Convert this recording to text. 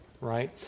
right